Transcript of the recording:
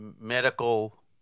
medical